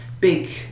big